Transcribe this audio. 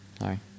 Sorry